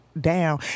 down